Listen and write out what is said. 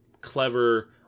clever